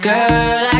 Girl